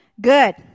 Good